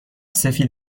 سفید